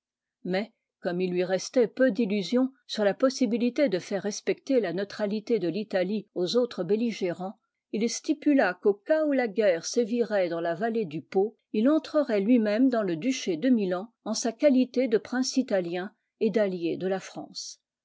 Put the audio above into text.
mais comme il lui restait peu d'illusion sur la possibilité de faire respecter la neutralité de l'italie aux autres belligérants il stipula qu'au cas où la guerre sévirait dans la vallée du p il entrerait lui-môme dans le duché de milan en sa qualité de prince italien et d'allié de la france